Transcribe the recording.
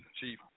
chief